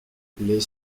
les